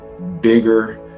Bigger